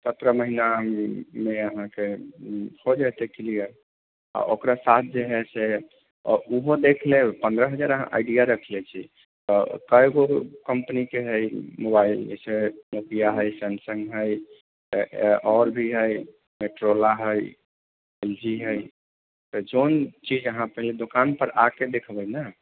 सत्रह महिनामे अहाँकेँ हो जाएत ई क्लियर आ ओकरा साथ जे है से आ ओहो देखि लेब पन्द्रह हजार अहाँ आइडिया रखले छी तऽ कए गो कम्पनीके है मोबाइल जैसे नोकिआ हइ सैमसंग हइ आओर भी हइ मोटरोला हइ एल जी हइ तऽ जौन चीज अहाँ पहले दोकान पर आके देखबै ने